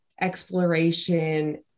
exploration